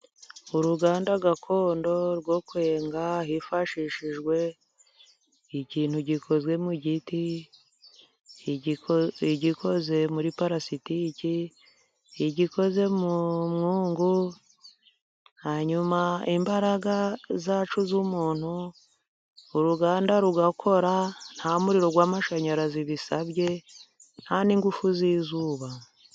Uruganda gakondo rwo kwenga hifashishijwe ikintu gikozwe mu giti , igikoze muri parasitiki , igikoze mu mwungu , hanyuma imbaraga zacu z'umuntu uruganda rugakora nta muriro w'amashanyarazi bisabye nta n'ingufu z'izuba.